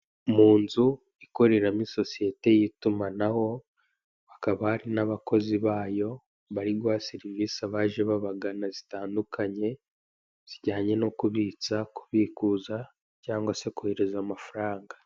Mu nzu ikoreramo isosiyete y'itumanaho, hakaba hari n'abakozi bayo, bari guha serivise abaje babagana, zitandukanye, zijyane no kubitsa, kubikuza, cyangwa se kohereza amafaranga.